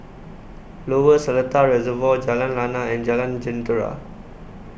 Lower Seletar Reservoir Jalan Lana and Jalan Jentera